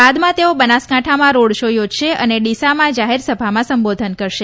બાદમાં તેઓ બનાસકાંઠામાં રોડ શો યોજશે અને ડીસામાં જાહેરસભામાં સંબોધન કરશે